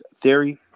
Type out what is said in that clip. theory